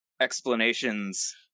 explanations